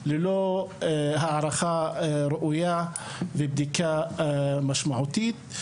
ללא הערכה ראויה ובדיקה משמעותית.